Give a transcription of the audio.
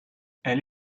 elle